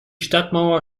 stadtmauer